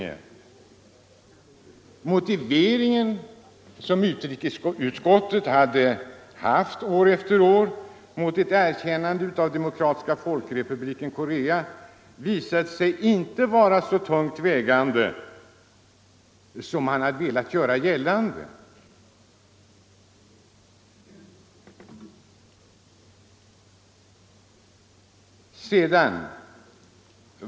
Den motivering som utrikesutskottet hade haft år efter år mot ett erkännande av Demokratiska folkrepubliken Korea visade sig inte vara så tungt vägande som man hade velat göra gällande.